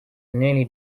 nearly